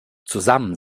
zusammen